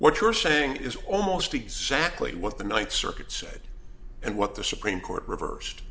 what you're saying is almost exactly what the ninth circuit said and what the supreme court reversed